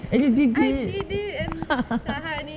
and you did it